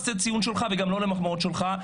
את הציון שלך וגם לא את המחמאות שלך.